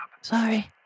Sorry